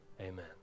Amen